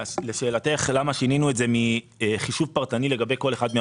לשאלתך למה שינינו את זה מחישוב פרטני לגבי כל אחד מן